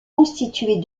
constituée